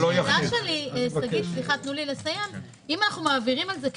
אם אנו מעבירים את זה כבלוק,